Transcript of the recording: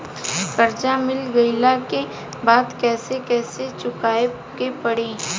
कर्जा मिल गईला के बाद कैसे कैसे चुकावे के पड़ी?